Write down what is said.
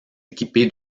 équipé